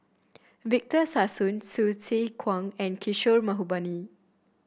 Victor Sassoon Hsu Tse Kwang and Kishore Mahbubani